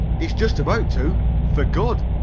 he's just about to for good!